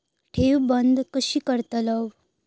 ठेव बंद कशी करतलव?